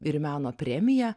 ir meno premija